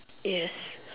yes